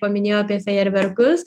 paminėjo apie fejerverkus